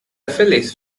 phillies